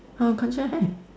our contract hi